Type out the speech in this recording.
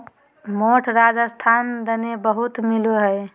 मोठ राजस्थान दने बहुत मिलो हय